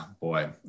boy